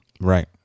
Right